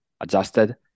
adjusted